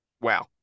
wow